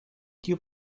tiu